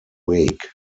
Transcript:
week